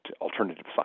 alternative